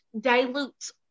dilutes